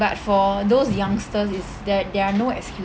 but for those youngsters is there there are no